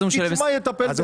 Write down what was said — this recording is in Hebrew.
אז פקיד שומה יטפל בזה.